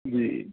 جی